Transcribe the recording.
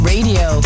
Radio